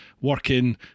working